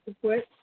quick